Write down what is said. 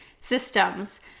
systems